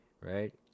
right